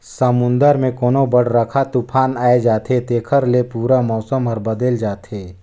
समुन्दर मे कोनो बड़रखा तुफान आये जाथे तेखर ले पूरा मउसम हर बदेल जाथे